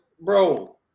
bro